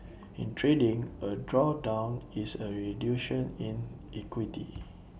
in trading A drawdown is A in equity